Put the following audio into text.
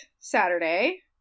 saturday